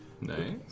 Nice